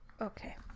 Okay